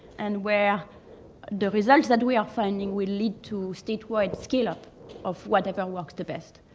and where the results that we are finding will lead to statewide scale-up of whatever works the best.